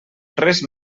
res